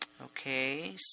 Okay